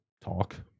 talk